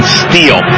steal